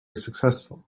successful